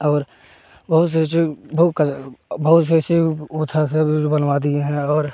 और बहुत से बहु का बहुत से ऐसे ओथा सब जो बनवा दिए हैं और